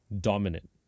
dominant